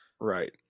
Right